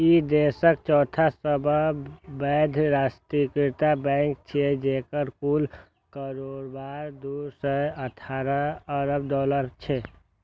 ई देशक चौथा सबसं पैघ राष्ट्रीयकृत बैंक छियै, जेकर कुल कारोबार दू सय अठारह अरब डॉलर छै